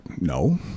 no